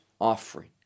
offering